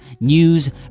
news